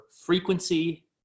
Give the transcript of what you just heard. frequency